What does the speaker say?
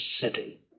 city